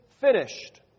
finished